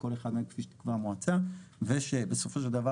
כל אחד מהם כפי שתקבע המועצה ושבסופו של דבר